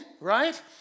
right